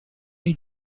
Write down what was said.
nei